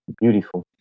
beautiful